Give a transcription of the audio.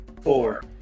four